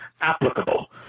applicable